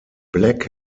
black